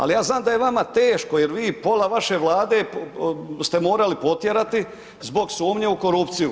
Ali ja znam da je vama teško jer vi, pola vaše Vlade ste morali potjerati zbog sumnje u korupciju.